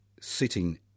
sitting